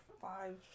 five